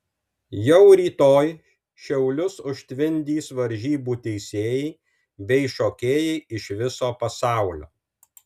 jau rytoj šiaulius užtvindys varžybų teisėjai bei šokėjai iš viso pasaulio